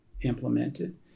implemented